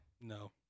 No